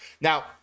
now